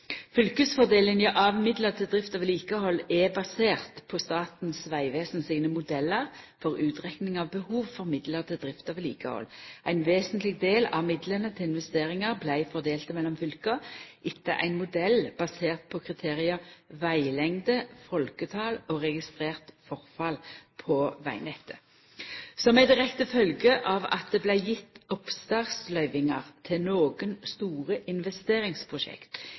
til drift og vedlikehald er basert på Statens vegvesen sine modellar for utrekning av behov for midlar til drift og vedlikehald. Ein vesentleg del av midlane til investeringar vart fordelte mellom fylka etter ein modell basert på kriteria veglengde, folketal og registrert forfall på vegnettet. Som ei direkte følgje av at det vart gjeve oppstartsløyvingar til nokre store investeringsprosjekt